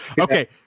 Okay